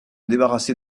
débarrasser